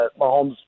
Mahomes